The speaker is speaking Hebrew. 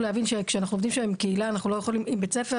כשאנו עובדים שם עם בתי ספר